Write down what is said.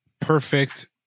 Perfect